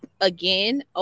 again